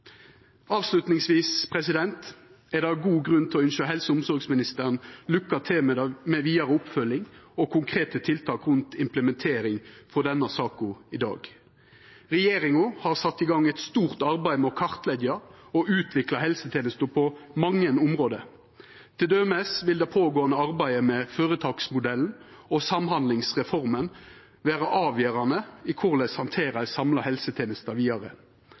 Avslutningsvis er det god grunn til å ynskja helse- og omsorgsministeren lukke til med det med vidare oppfølging og konkrete tiltak rundt implementering frå denne saka i dag. Regjeringa har sett i gang eit stort arbeid med å kartleggja og utvikla helsetenester på mange område. Til dømes vil det pågåande arbeidet med føretaksmodellen og samhandlingsreforma vera avgjerande for korleis ein handterer ei samla helsetenesta vidare.